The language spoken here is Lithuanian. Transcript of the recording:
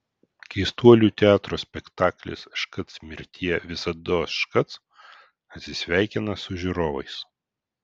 keistuolių teatro spektaklis škac mirtie visados škac atsisveikina su žiūrovais